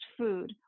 food